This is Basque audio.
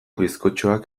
bizkotxoak